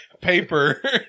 Paper